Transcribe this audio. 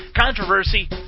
Controversy